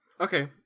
Okay